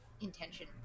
intention